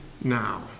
now